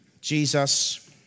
Jesus